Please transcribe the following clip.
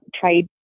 trade